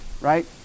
right